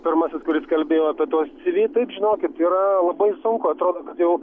pirmasis kuris kalbėjo apie tuos cv taip žinokit yra labai sunku atrodo kad jau